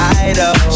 idol